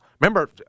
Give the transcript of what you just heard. Remember